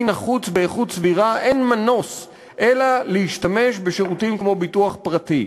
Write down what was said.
נחוץ באיכות סבירה אין מנוס מלהשתמש בשירותים כמו ביטוח פרטי,